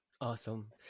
Awesome